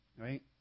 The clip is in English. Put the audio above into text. right